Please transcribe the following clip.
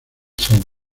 sound